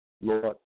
Lord